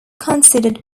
considered